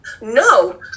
No